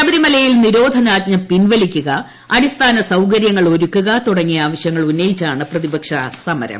ശബരിമലയിൽ നിരോധനാജ്ഞ പിൻവലിക്കുക അടിസ്ഥാന സൌകര്യങ്ങൾ ഒരുക്കുക തുടങ്ങിയ ആവശ്യങ്ങൾ ഉന്നയിച്ചാണ് പ്രതിപക്ഷ സമരം